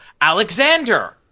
Alexander